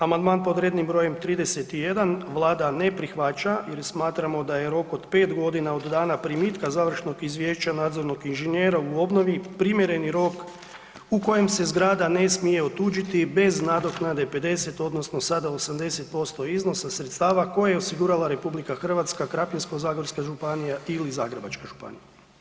Amandman pod rednim brojem 31 Vlada ne prihvaća jer smatramo da je rok od pet godina od dana primitka završnog izvješća nadzornog inženjera u obnovi primjerni rok u kojem se zgrada ne smije otuđiti bez nadoknade 50 odnosno sada 80% iznosa sredstava koje je osigurala RH, Krapinsko-zagorska županija ili Zagrebačka županija.